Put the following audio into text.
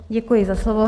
Děkuji za slovo.